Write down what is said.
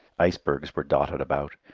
icebergs were dotted about.